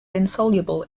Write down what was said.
insoluble